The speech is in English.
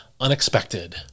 unexpected